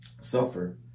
suffer